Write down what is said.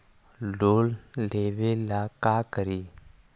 Loan लेबे ला का करि?